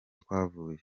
twavuye